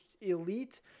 elite